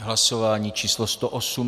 Hlasování číslo 108.